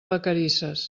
vacarisses